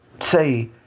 say